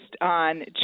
on